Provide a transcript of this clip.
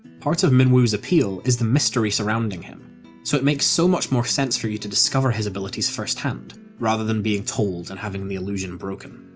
part of minwu's appeal is the mystery surrounding him, so it makes so much more sense for you to discover his abilities first-hand, rather than being told and having the illusion broken.